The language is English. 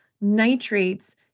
nitrates